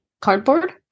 cardboard